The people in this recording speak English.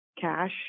cash